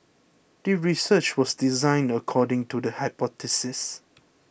the research was designed according to the hypothesis